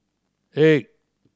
eight